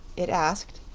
it asked,